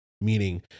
meaning